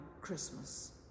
Christmas